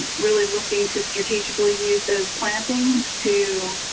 really looking to strategically use those plantings to